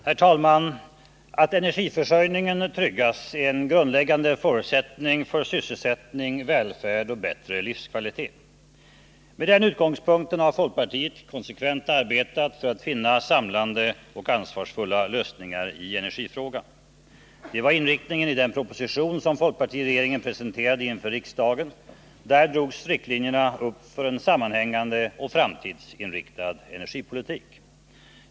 Herr talman! Att energiförsörjningen tryggas är en grundläggande förutsättning för sysselsättning, välfärd och bättre livskvalitet. Med den utgångspunkten har folkpartiet konsekvent arbetat för att finna samlande och ansvarsfulla lösningar i energifrågan. Det var inriktningen i den proposition som folkpartiregeringen presenterade inför riksdagen. Där drogs riktlinjerna upp för en sammanhängande och framtidsinriktad energipolitik.